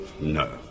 No